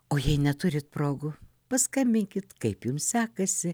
o jei neturite progų paskambinkit kaip jums sekasi